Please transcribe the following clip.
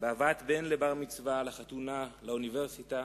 עם הבאת בן לבר-מצווה, לחתונה, לאוניברסיטה.